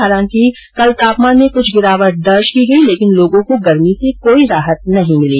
हालांकि कल तापमान में कुछ गिरावट दर्ज की गई लेकिन लोगो को गर्मी से कोई राहत नहीं मिली